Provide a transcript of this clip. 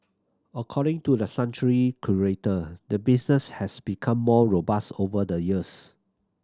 according to the sanctuary's curator the business has become more robust over the years